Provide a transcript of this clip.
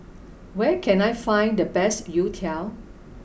where can I find the best Youtiao